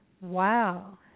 wow